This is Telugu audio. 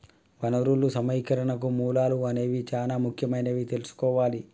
వనరులు సమీకరణకు మూలాలు అనేవి చానా ముఖ్యమైనవని తెల్సుకోవాలి